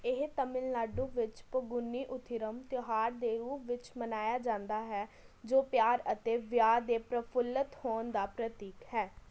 ਇਹ ਤਮਿਲਨਾਡੂ ਵਿੱਚ ਪੰਗੂਨੀ ਉਥਿਰਮ ਤਿਉਹਾਰ ਦੇ ਰੂਪ ਵਿੱਚ ਮਨਾਇਆ ਜਾਂਦਾ ਹੈ ਜੋ ਪਿਆਰ ਅਤੇ ਵਿਆਹ ਦੇ ਪ੍ਰਫੁੱਲਿਤ ਹੋਣ ਦਾ ਪ੍ਰਤੀਕ ਹੈ